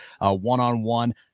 one-on-one